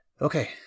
okay